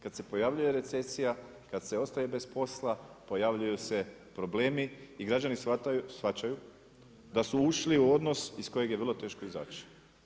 Kada se pojavljuje recesija, kada se ostaje bez posla, pojavljuju se problemi i građani shvaćaju da su ušli u odnos iz kojeg je vrlo teško izaći.